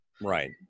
Right